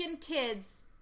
kids